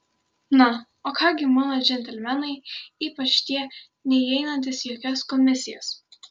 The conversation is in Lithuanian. na o ką gi mano džentelmenai ypač tie neįeinantys į jokias komisijas